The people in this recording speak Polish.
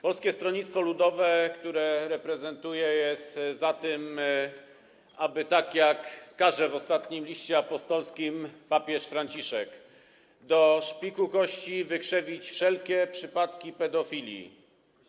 Polskie Stronnictwo Ludowe, które reprezentuję, jest za tym, aby tak jak każe w ostatnim liście apostolskim papież Franciszek, do szpiku kości wykorzenić wszelkie przypadki pedofili.